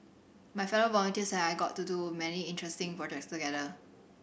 my fellow volunteers and I got to do many interesting projects together